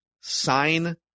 sign